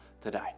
today